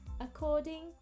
according